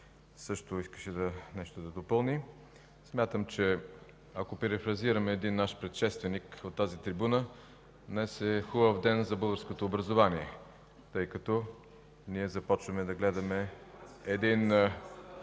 също искаше да допълни нещо. Ако перифразираме наш предшественик на тази трибуна, днес е хубав ден за българското образование, тъй като започваме да гледаме един ...